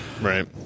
Right